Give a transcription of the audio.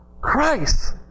Christ